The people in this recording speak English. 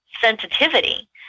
sensitivity